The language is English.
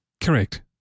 Correct